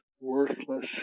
worthless